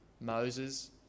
Moses